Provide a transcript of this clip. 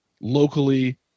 locally